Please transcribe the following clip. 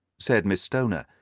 said miss stoner,